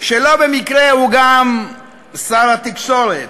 שלא במקרה הוא גם שר התקשורת.